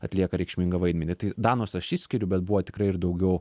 atlieka reikšmingą vaidmenį tai danus aš išskiriu bet buvo tikrai ir daugiau